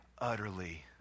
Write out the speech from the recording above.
utterly